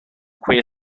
queer